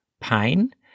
pain